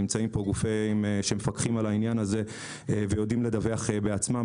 נמצאים פה גופים שמפקחים על העניין הזה ויודעים לדווח בעצמם,